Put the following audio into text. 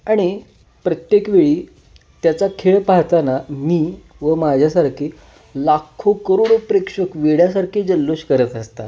आणि प्रत्येक वेळी त्याचा खेळ पाहताना मी व माझ्यासारखी लाखो करडो प्रेक्षक वेड्यासारखी जल्लोष करत असतात